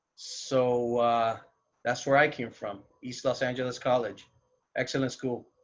so that's where i came from east los angeles college excellent school